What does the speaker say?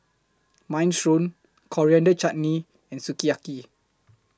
Minestrone Coriander Chutney and Sukiyaki